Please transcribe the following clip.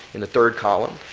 in the third column.